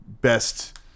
best